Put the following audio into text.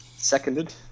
Seconded